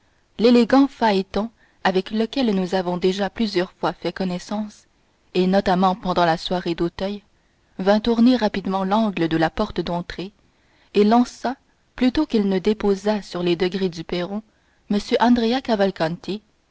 l'élégant phaéton avec lequel nous avons déjà plusieurs fois fait connaissance et notamment pendant la soirée d'auteuil vint tourner rapidement l'angle de la porte d'entrée et lança plutôt qu'il ne déposa sur les degrés du perron m